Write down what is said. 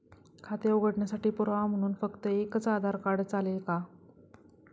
खाते उघडण्यासाठी पुरावा म्हणून फक्त एकच आधार कार्ड चालेल का?